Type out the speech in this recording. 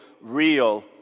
real